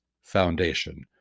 foundation